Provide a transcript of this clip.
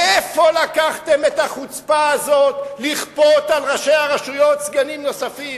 מאיפה לקחתם את החוצפה הזאת לכפות על ראשי הרשויות סגנים נוספים?